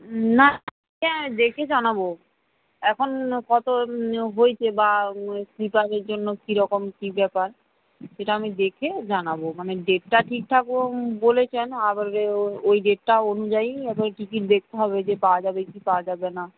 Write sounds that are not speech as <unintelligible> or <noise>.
না <unintelligible> দেখে জানাবো এখন কত হয়েছে বা স্লিপারের জন্য কি রকম কি ব্যাপার সেটা আমি দেখে জানাবো মানে ডেটটা ঠিকঠাক <unintelligible> বলেছেন <unintelligible> ওই ডেটটা অনুযায়ী <unintelligible> টিকিট দেখতে হবে যে পাওয়া যাবে কি পাওয়া যাবে না